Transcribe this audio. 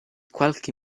qualche